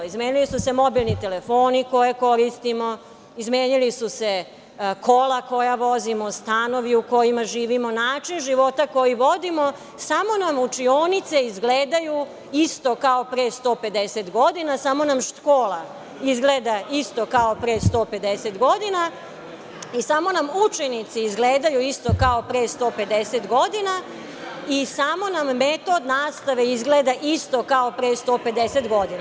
Izmenili su se mobilni telefoni koje koristimo, izmenila su se kola koja koristimo, stanovi u kojima živimo, način života koji vodimo, a samo nam učinioce izgledaju isto kao pre 150 godina, samo nam škola izgleda isto kao pre 150 godina i samo nam učenici izgledaju isto kao pre 150 godina i samo nam metod nastave izgleda isto kao pre 150 godina.